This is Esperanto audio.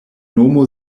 nomo